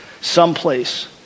someplace